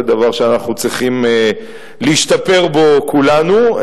זה דבר שאנחנו צריכים להשתפר בו כולנו.